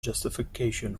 justification